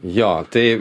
jo tai